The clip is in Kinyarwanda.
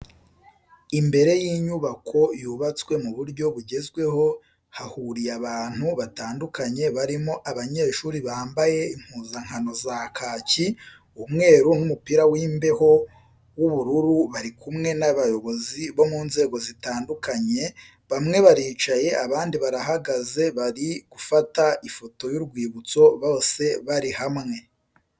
Imbere y'inyubako yubatswe mu buryo bugezweho hahuriye abantu batandukanye barimo abanyeshuri bambaye impuzankano za kaki, umweru n'umupira w'imbeho w'ubururu bari kumwe n'abayobozi bo mu nzego zitandukanye, bamwe baricaye abandi barahagaze bari gufata ifoto y'urwibutso bose bari hamwe.